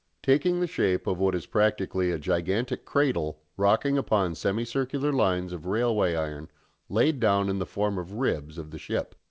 taking the shape of what is practically a gigantic cradle rocking upon semicircular lines of railway iron laid down in the form of ribs of the ship.